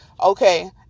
okay